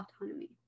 autonomy